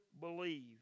believe